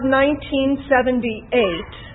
1978